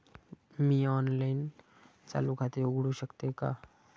मी online चालू खाते उघडू शकते का?